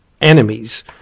enemies